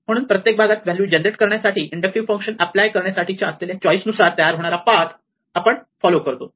म्हणून प्रत्येक भागात व्हॅल्यू जनरेट करण्यासाठी इंडक्टिव्ह फंक्शन अप्लाय करण्यासाठीच्या असलेल्या चॉईस नुसार तयार होणारा पाथ आपण फॉलो करतो